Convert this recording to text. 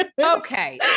okay